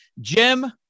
Jim